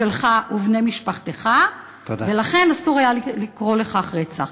שלך ובני משפחתך, ולכן אסור היה לקרוא לכך רצח.